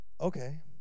okay